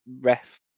ref